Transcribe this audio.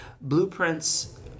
blueprints